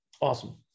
Awesome